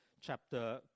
chapter